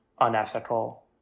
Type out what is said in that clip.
unethical